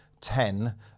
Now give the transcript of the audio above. Ten